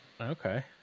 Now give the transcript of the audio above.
Okay